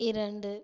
இரண்டு